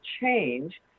change